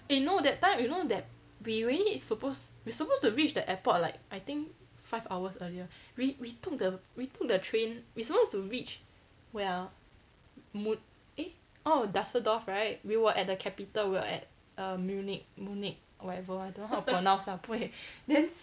eh no that time you know that we already supposed we supposed to reach the airport like I think five hours earlier we we took the we took the train we supposed to reach where ah mu~ eh orh dusseldorf right we were at the capital we were at err munich munich or whatever ah I don't know how to pronounce ah 我不会 then